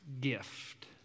gift